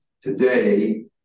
Today